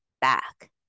back